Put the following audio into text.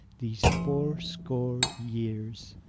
these fourscore years.